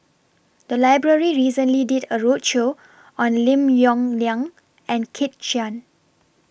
The Library recently did A roadshow on Lim Yong Liang and Kit Chan